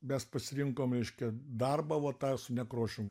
mes pasirinkom reiškia darbą va tą su nekrošium